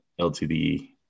LTD